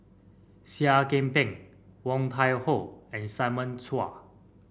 Seah Kian Peng Woon Tai Ho and Simon Chua